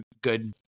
good